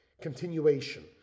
continuation